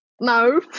no